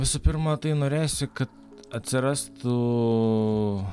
visų pirma tai norėjosi kad atsirastų